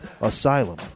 Asylum